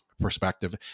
perspective